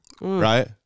right